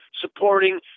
supporting